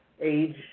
age